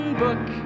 book